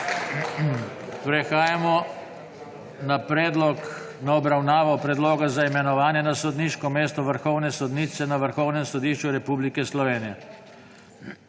Prehajamo na obravnavo Predloga za imenovanje na sodniško mesto vrhovne sodnice na Vrhovnem sodišču Republike Slovenije.